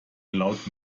laut